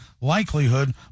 likelihood